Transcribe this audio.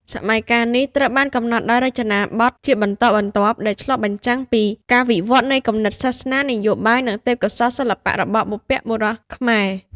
សម័យកាលនេះត្រូវបានកំណត់ដោយ រចនាបថ ជាបន្តបន្ទាប់ ដែលឆ្លុះបញ្ចាំងពីការវិវត្តនៃគំនិតសាសនា នយោបាយ និងទេពកោសល្យសិល្បៈរបស់បុព្វបុរសខ្មែរ។